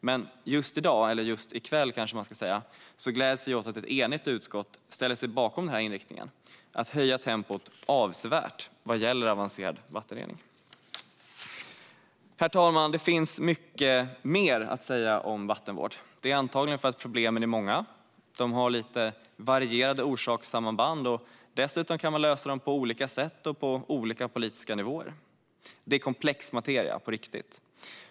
Men just i kväll gläds vi åt att ett enigt utskott ställer sig bakom den här inriktningen, att höja tempot avsevärt vad gäller avancerad vattenrening. Herr talman! Det finns mycket mer att säga om vattenvård. Det är antagligen för att problemen är många, har varierade orsakssamband och dessutom kan lösas på olika sätt och på olika politiska nivåer. Det är komplex materia.